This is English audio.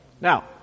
Now